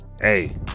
Hey